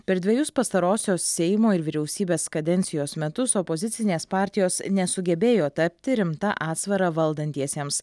per dvejus pastarosios seimo ir vyriausybės kadencijos metus opozicinės partijos nesugebėjo tapti rimta atsvara valdantiesiems